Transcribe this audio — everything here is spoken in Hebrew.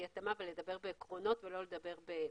התאמה ולדבר בעקרונות ולא לדבר בכלים.